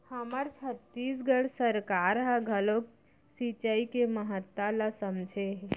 हमर छत्तीसगढ़ सरकार ह घलोक सिचई के महत्ता ल समझे हे